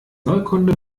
neukunde